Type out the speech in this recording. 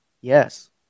yes